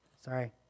Sorry